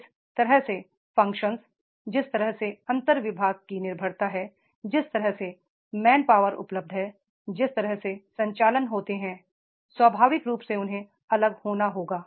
जिस तरह से फ़ंक्शंस जिस तरह से अंतर विभाग की निर्भरता है जिस तरह से मैंनपावर उपलब्ध है जिस तरह से संचालन होते हैं स्वाभाविक रूप से उन्हें अलग होना होगा